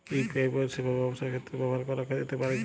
UPI পরিষেবা ব্যবসার ক্ষেত্রে ব্যবহার করা যেতে পারে কি?